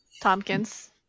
Tompkins